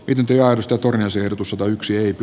pidempi ja risto turnaus ehdotus on yksiöitä